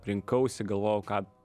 rinkausi galvojau ką